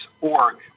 org